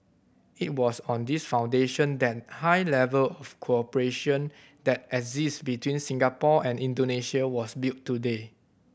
it was on this foundation that high level of cooperation that exist between Singapore and Indonesia was built today